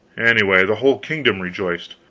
anyway, the whole kingdom rejoiced.